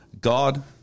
God